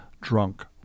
drunk